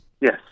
Yes